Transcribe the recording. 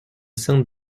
sainte